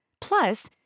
Plus